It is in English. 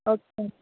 okay